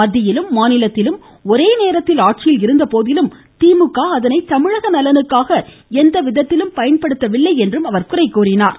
மத்தியிலும் மாநிலத்திலும் ஒரே நேரத்தில் ஆட்சியில் இருந்த போதிலும் திமுக அதனை தமிழக நலனுக்காக எந்த விதத்திலும் பயன்படுத்தவில்லை என குறை கூறினார்